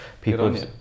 people